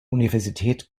universität